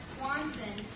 Swanson